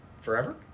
Forever